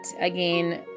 Again